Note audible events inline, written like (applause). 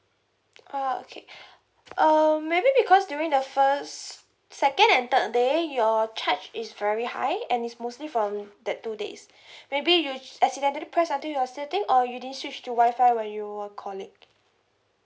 oh okay (breath) um maybe because during the first second and third day your charge is very high and it's mostly from that two days (breath) maybe you accidentally press until your setting or you didn't switch to wi-fi when you were calling